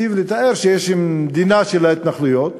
היטיב לתאר שיש מדינה של ההתנחלויות,